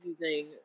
using